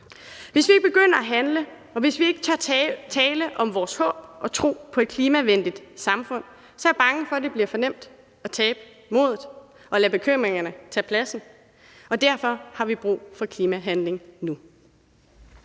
Hvis vi ikke begynder at handle, og hvis vi ikke tør tale om vores håb og tro på et klimavenligt samfund, så er jeg bange for, at det bliver for nemt at tabe modet og lade bekymringerne tage pladsen, og derfor har vi brug for klimahandling nu.